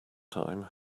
time